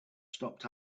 stopped